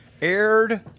aired